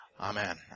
amen